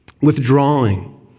withdrawing